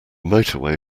motorway